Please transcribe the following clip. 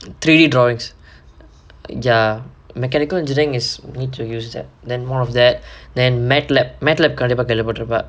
three drawings ya mechanical engineering is need to use that than more of that than Matlab Matlab கண்டிப்பா கேள்வி பட்டிருப்ப:kandippaa kaelvi pattiruppa